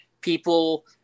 people